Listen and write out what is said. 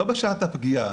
לא בשעת הפגיעה.